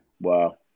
Wow